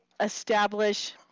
establish